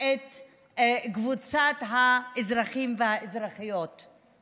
מקבוצת האזרחים והאזרחיות בכלל,